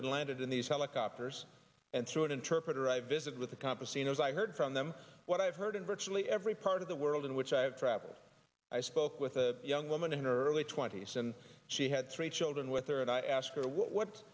had landed in these helicopters and through an interpreter i visit with the compazine as i heard from them what i've heard in virtually every part of the world in which i have traveled i spoke with a young woman in her early twenty's and she had three children with her and i asked her what